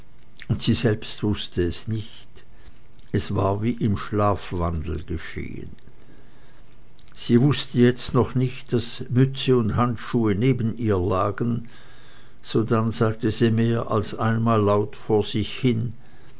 und sie selbst wußte es nicht es war wie im schlafwandel geschehen sie wußte jetzt noch nicht daß mütze und handschuhe neben ihr lagen sodann sagte sie mehr als einmal laut vor sich hin